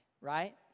right